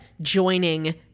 joining